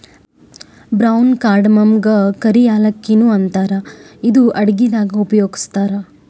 brown ಕಾರ್ಡಮಮಗಾ ಕರಿ ಯಾಲಕ್ಕಿ ನು ಅಂತಾರ್ ಇದು ಅಡಗಿದಾಗ್ ಉಪಯೋಗಸ್ತಾರ್